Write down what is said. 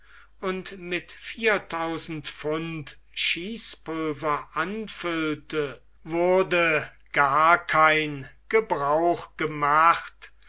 und mit viertausend pfund schießpulver anfüllte wurde gar kein gebrauch gemacht